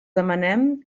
demanem